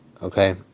Okay